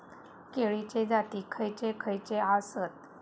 केळीचे जाती खयचे खयचे आसत?